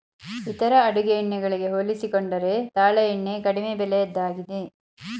ಇತರ ಅಡುಗೆ ಎಣ್ಣೆ ಗಳಿಗೆ ಹೋಲಿಸಿಕೊಂಡರೆ ತಾಳೆ ಎಣ್ಣೆ ಕಡಿಮೆ ಬೆಲೆಯದ್ದಾಗಿದೆ